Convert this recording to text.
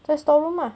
在 store room lah